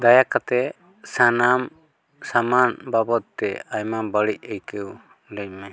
ᱫᱟᱭᱟ ᱠᱟᱛᱮᱫ ᱥᱟᱱᱟᱢ ᱥᱟᱢᱟᱱ ᱵᱟᱵᱚᱫᱛᱮ ᱟᱭᱢᱟ ᱵᱟᱹᱲᱤᱡ ᱟᱹᱭᱠᱟᱹᱣ ᱞᱟᱹᱭᱢᱮ